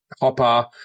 Hopper